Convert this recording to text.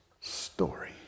story